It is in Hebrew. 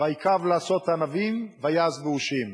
"ויקו לעשות ענבים ויעש באֻשים".